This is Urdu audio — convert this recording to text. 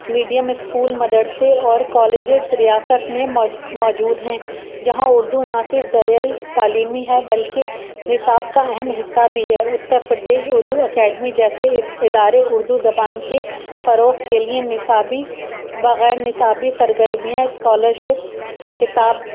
میڈیم اسکول مدرسے اور کالجز ریاست میں مو موجود ہیں جہاں اردو نہ صرف ذریعہ تعلیمی ہے بلکہ نصاب کا اہم حصہ بھی ہے اتر پردیش اردو اکیڈمی جیسے ادارے اردو زبان کے فروغ کے لیے نصابی و غیر نصابی سرگرمیاں اسکالرشپس کتاب